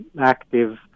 active